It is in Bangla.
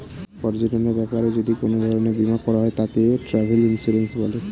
পর্যটনের ব্যাপারে যদি কোন ধরণের বীমা করা হয় তাকে ট্র্যাভেল ইন্সুরেন্স বলে